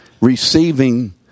receiving